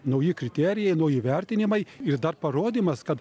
nauji kriterijai nauji vertinimai ir dar parodymas kad